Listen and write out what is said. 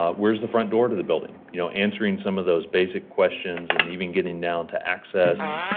um where's the front door to the building? you know, answering some of those basic questions and even getting down to access and,